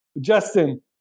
Justin